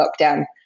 lockdown